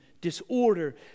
disorder